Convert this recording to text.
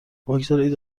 بگذارید